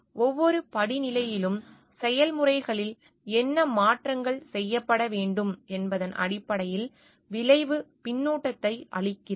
ஒவ்வொரு படிநிலையிலும் செயல்முறைகளில் என்ன மாற்றங்கள் செய்யப்பட வேண்டும் என்பதன் அடிப்படையில் விளைவு பின்னூட்டத்தை அளிக்கிறது